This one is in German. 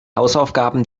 hausaufgaben